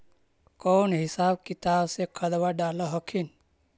कौन हिसाब किताब से खदबा डाल हखिन?